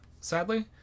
sadly